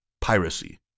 piracy